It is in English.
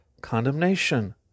condemnation